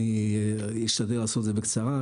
אני אשתדל לעשות את זה בקצרה.